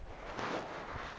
mmhmm